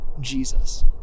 Jesus